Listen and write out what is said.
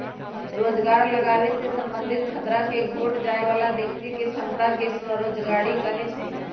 रोजगार लागाबे से संबंधित खतरा के घोट जाय बला व्यक्ति के क्षमता के स्वरोजगारी कहै छइ